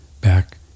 back